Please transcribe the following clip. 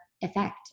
effect